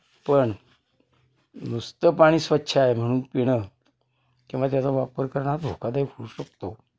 पण नुसतं पाणी स्वच्छ आहे म्हणून पिणं किंवा त्याचा वापर करणं हा धोकादायक होऊ शकतो